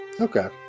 Okay